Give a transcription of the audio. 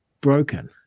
broken